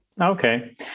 Okay